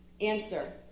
Answer